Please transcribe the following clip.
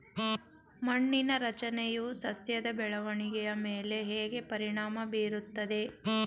ಮಣ್ಣಿನ ರಚನೆಯು ಸಸ್ಯದ ಬೆಳವಣಿಗೆಯ ಮೇಲೆ ಹೇಗೆ ಪರಿಣಾಮ ಬೀರುತ್ತದೆ?